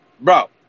Bro